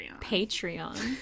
Patreon